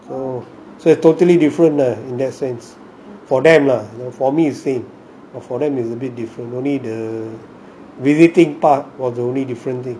so so you're totally different in that sense for them lah for me is same but for them is a bit different visiting part was the only different thing